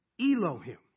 Elohim